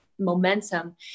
momentum